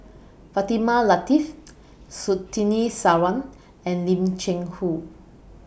Fatimah Lateef Surtini Sarwan and Lim Cheng Hoe